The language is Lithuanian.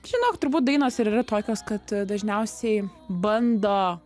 žinok turbūt dainos ir yra tokios kad dažniausiai bando